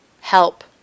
help